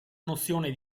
nozione